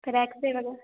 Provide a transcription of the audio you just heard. crack से लगो